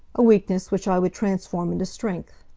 a weakness which i would transform into strength.